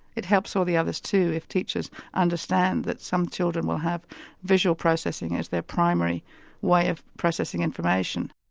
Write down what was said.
it helps all the others too if teachers understand that some children will have visual processing as their primary way of processing information.